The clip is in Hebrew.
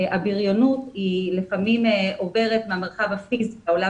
הבריונות לפעמים עוברת מהמרחב הפיזי לעולם